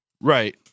Right